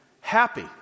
Happy